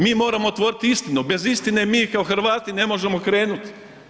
Mi moramo otvoriti istinu, bez istine mi kao Hrvati ne možemo krenuti.